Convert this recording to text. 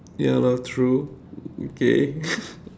ya lor true okay